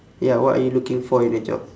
ya what are you looking for in a job